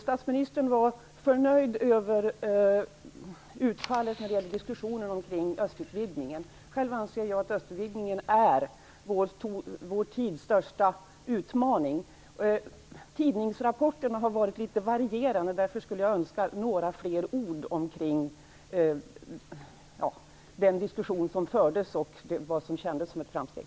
Statsministern var nöjd med utfallet när det gäller diskussionerna om östutvidgningen. Själv anser jag att östutvidgningen är vår tids största utmaning. Tidningsrapporterna har varit litet varierande. Därför skulle jag önska ytterligare några ord om den diskussion som fördes och om det som kändes som ett framsteg.